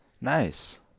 Nice